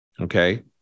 okay